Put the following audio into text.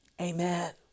Amen